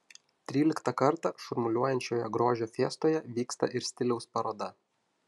tryliktą kartą šurmuliuojančioje grožio fiestoje vyksta ir stiliaus paroda